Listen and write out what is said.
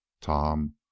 Tom